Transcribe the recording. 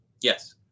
Yes